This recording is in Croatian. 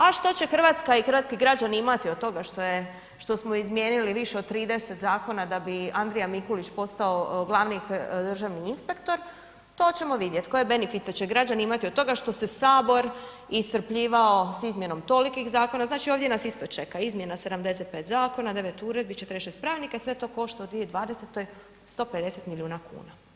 A što će Hrvatska i hrvatski građani imati od toga što je, što smo izmijenili više od 30 zakona da bi Andrija Mikulić postavo glavni državni inspektor to ćemo vidjeti koje benefite će građani imati od toga što se sabor iscrpljivao s izmjenom tolikih zakona, znači ovdje nas isto čeka izmjena 75 zakona, 9 uredbi, 46 pravilnika i sve to košta u 2020. 150 milijuna kuna.